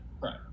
Right